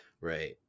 Right